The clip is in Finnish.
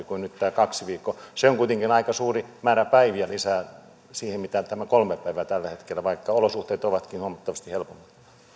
kuin nyt tämä kaksi viikkoa se on kuitenkin aika suuri määrä päiviä lisää siihen mitä on tämä kolme päivää tällä hetkellä vaikka olosuhteet ovatkin huomattavasti helpommat